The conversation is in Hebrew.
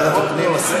ועדת הפנים.